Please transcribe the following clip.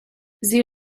sie